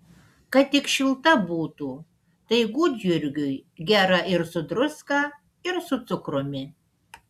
kad tik šilta būtų tai gudjurgiui gera ir su druska ir su cukrumi